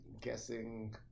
guessing